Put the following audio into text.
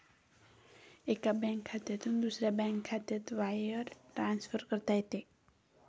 एका बँक खात्यातून दुसऱ्या बँक खात्यात वायर ट्रान्सफर करता येते